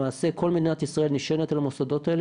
למעשה כל מדינת ישראל נשענת על המוסדות האלה